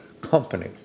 company